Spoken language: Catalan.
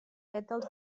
pètals